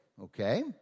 okay